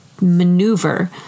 maneuver